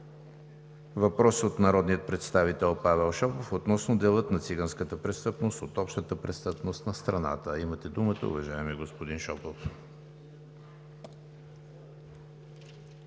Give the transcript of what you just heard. Въпрос от народния представител Павел Шопов относно дела на циганската престъпност от общата престъпност за страната. Имате думата, уважаеми господин Шопов.